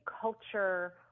culture